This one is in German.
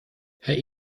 herr